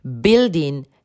building